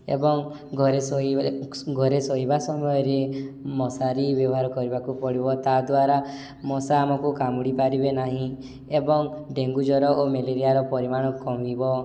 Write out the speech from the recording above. ଏବଂ ଘରେ ଶୋଇବା ସମୟରେ ମଶାରି ବ୍ୟବହାର କରିବାକୁ ପଡ଼ିବ ତାଦ୍ଵାରା ମଶା ଆମକୁ କାମୁଡ଼ି ପାରିବେ ନାହିଁ ଏବଂ ଡ଼େଙ୍ଗୁ ଜ୍ୱର ଓ ମ୍ୟାଲେରିଆର ପରିମାଣ କମିବ